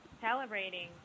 celebrating